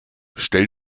stell